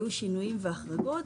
היו שינויים והחרגות,